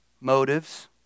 motives